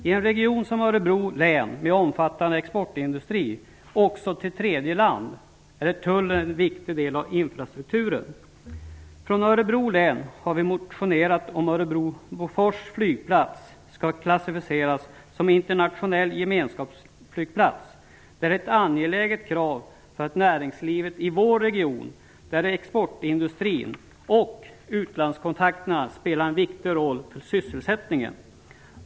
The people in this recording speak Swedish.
I en region som Örebro län med omfattande exportindustri, också export till tredje land, är Tullen en viktig del av infrastrukturen. Från Örebro har vi motionera om att Örebro Bofors flygplats skall klassificeras som internationell gemenskapsflygplats. Det är ett angeläget krav från näringslivet i vår region, där exportindustrin och utlandskontakterna spelar en viktig roll för sysselsättningen.